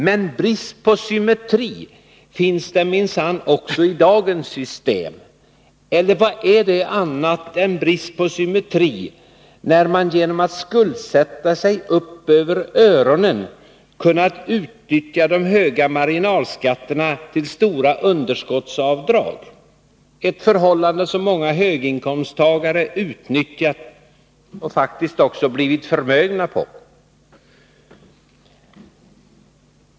Men brist på symmetri finns det minsann också i dagens system. Eller vad är det annat än brist på symmetri, när man genom att skuldsätta sig upp över öronen har kunnat utnyttja de höga marginalskatterna till stora underskottsavdrag, ett förhållande som många höginkomsttagare utnyttjat och faktiskt också blivit förmögna på?